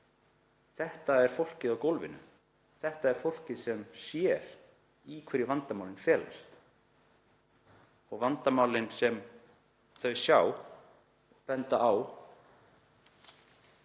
Þetta er fólkið á gólfinu. Þetta er fólkið sem sér í hverju vandamálin felast og vandamálin sem þau sjá og benda á